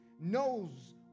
knows